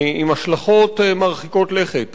עם השלכות מרחיקות לכת.